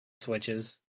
switches